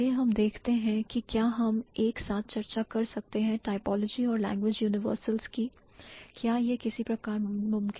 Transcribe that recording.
चलिए हम देखते हैं कि क्या हम एक साथ चर्चा कर सकते हैं typlology और language universals की क्या यह किसी प्रकार मुमकिन है